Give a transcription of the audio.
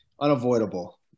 unavoidable